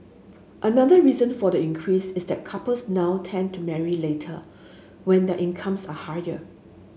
another reason for the increase is that couples now tend to marry later when the incomes are higher